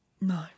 No